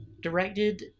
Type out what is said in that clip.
directed